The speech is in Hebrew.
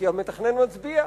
כי המתכנן מצביע.